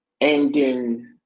ending